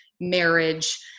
marriage